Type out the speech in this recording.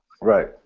Right